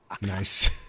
Nice